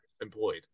employed